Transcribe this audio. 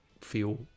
feel